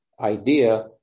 idea